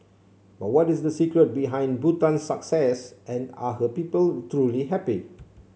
but what is the secret behind Bhutan's success and are her people truly happy